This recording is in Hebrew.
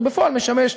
ובפועל משמש,